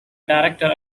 director